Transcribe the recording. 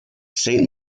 saint